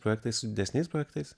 projektais su didesniais projektais